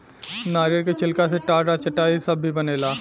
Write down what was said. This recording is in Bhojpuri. नारियल के छिलका से टाट आ चटाई सब भी बनेला